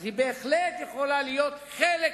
אז היא בהחלט יכולה להיות חלק,